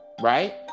Right